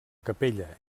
capella